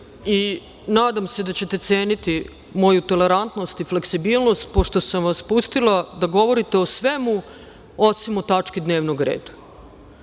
se da ćete ceniti moju tolerantnost i fleksibilnost, pošto sam vas pustila da govorite o svemu, osim o tački dnevnog reda.